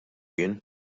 jien